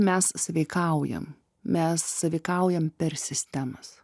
mes sąveikaujam mes sąveikaujam per sistemas